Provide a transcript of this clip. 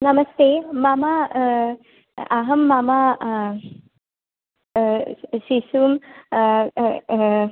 नमस्ते मम अहं मम शिशुं